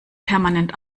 permanent